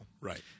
Right